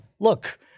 Look